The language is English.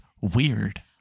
Weird